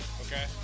Okay